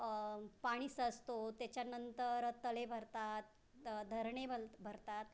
पाणी साचतो त्याच्यानंतर तळे भरतात धरणे भल भरतात